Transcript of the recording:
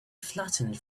flattened